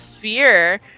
fear